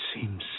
seems